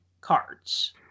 cards